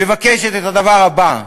מבקשת את הדבר הבא,